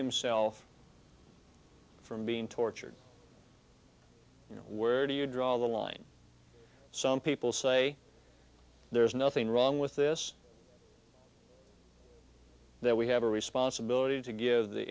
himself from being tortured you know where do you draw the line some people say there's nothing wrong with this that we have a responsibility to give the